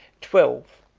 twelve.